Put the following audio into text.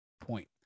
point